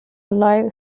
live